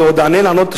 אני עוד אעלה לענות,